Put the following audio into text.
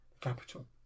Capital